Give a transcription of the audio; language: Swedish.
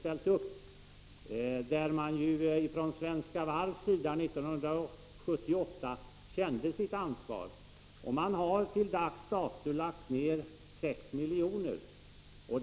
Svenska Varv kände sitt ansvar redan 1978, och till dags dato har man lagt ner 6 milj.kr.